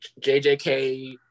JJK